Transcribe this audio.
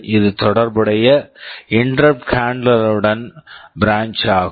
இது தொடர்புடைய interrupt handler interrupt handler ருடன் பிரான்ச் branch ஆகும்